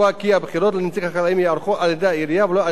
החקלאים ייערכו על-ידי העירייה ולא על-ידי משרד הפנים.